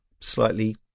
slightly